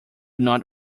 not